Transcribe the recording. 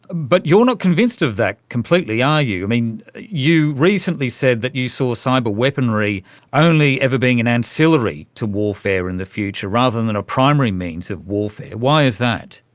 but you're not convinced of that completely, are you. i mean, you recently said that you saw ah cyber weaponry only ever being an ancillary to warfare in the future, rather than than a primary means of warfare. why is that?